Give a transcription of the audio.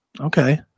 Okay